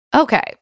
Okay